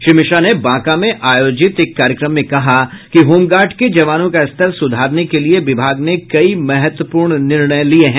श्री मिश्रा ने बांका में आयोजित एक कार्यक्रम में कहा कि होमगार्ड के जवानों का स्तर सुधारने के लिए विभाग ने कई महत्वपूर्ण निर्णय लिये है